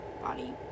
body